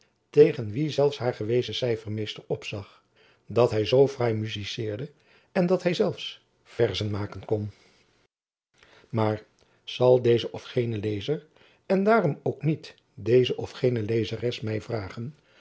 tegen wien zelfs haar gewezen cyfermeester opzag dat hy zoo fraai muziceerde en dat hy zelfs vaerzen maken kon maar zal deze of gene lezer en waarom ook niet deze of gene lezeres my vragen